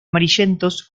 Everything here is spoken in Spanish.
amarillentos